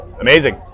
Amazing